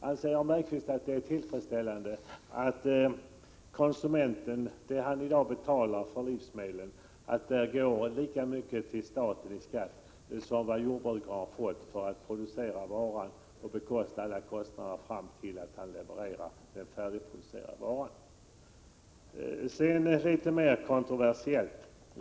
Anser Jan Bergqvist att det är tillfredsställande att av det pris som konsumenten i dag betalar för livsmedlen går lika mycket i skatt till staten som vad jordbrukaren fått för att producera och leverera den färdiga varan? Så till en litet mera kontroversiell fråga.